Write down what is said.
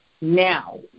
Now